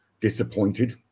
disappointed